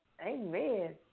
Amen